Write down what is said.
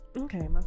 Okay